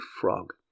frog